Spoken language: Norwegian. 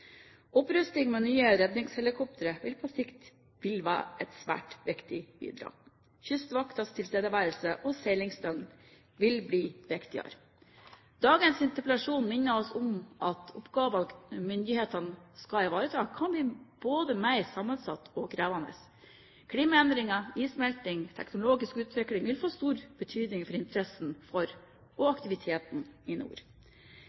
med nye redningshelikoptre vil på sikt være et svært viktig bidrag. Kystvaktens tilstedeværelse og seilingsdøgn vil bli viktigere. Dagens interpellasjon minner oss om at oppgavene myndighetene skal ivareta, kan bli både mer sammensatt og krevende. Klimaendringer, issmelting og teknologisk utvikling vil få stor betydning for interessen for og aktiviteten i